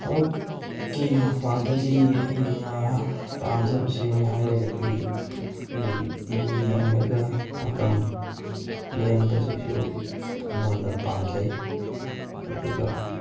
ꯊꯕꯛꯀꯤ ꯃꯄꯥꯟꯗꯒꯤ ꯑꯩꯅ ꯄꯥꯝꯖꯕꯁꯤꯡ ꯍꯥꯏꯔꯒꯗꯤ ꯑꯩ ꯇꯤ ꯕꯤ ꯌꯦꯡꯂꯒ ꯃꯇꯝ ꯂꯦꯟꯕꯁꯤꯁꯨ ꯑꯩꯉꯣꯟꯗ ꯄꯥꯝꯖꯩ ꯑꯗꯨꯒ